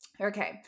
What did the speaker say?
Okay